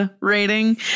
rating